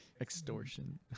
extortion